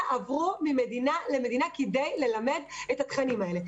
עברו ממדינה למדינה כדי ללמד את התכנים האלה.